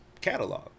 catalog